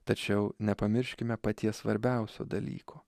tačiau nepamirškime paties svarbiausio dalyko